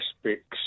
aspects